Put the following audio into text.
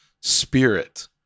spirit